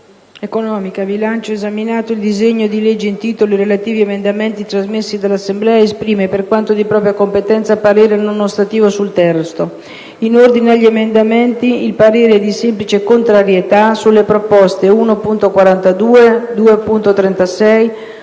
economica, bilancio, esaminato il disegno di legge in titolo ed i relativi emendamenti, trasmessi dall'Assemblea, esprime, per quanto di propria competenza, parere non ostativo sul testo. In ordine agli emendamenti il parere è di semplice contrarietà sulle proposte 1.42, 2.36,